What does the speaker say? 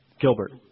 Gilbert